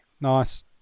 Nice